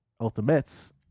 ultimates